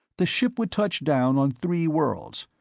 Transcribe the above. the ship would touch down on three worlds,